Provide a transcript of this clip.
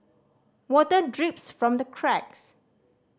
water drips from the cracks